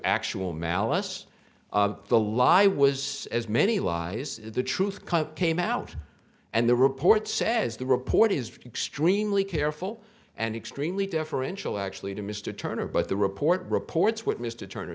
actual malice the lie was as many lies the truth cup came out and the report says the report is extremely careful and extremely deferential actually to mr turner but the report reports what mr turner